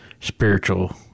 spiritual